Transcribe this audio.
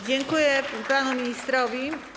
Dziękuję panu ministrowi.